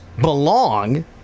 belong